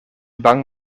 bang